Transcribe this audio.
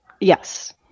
Yes